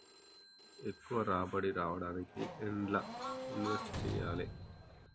ఎక్కువ రాబడి రావడానికి ఎండ్ల ఇన్వెస్ట్ చేయాలే?